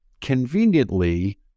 conveniently